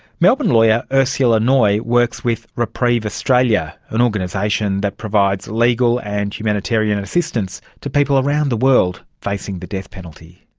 melbourne lawyer ursula noye works with reprieve australian, an organisation that provides legal and humanitarian assistance to people around the world facing the death penalty.